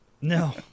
No